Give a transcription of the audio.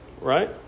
Right